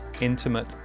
intimate